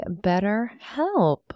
BetterHelp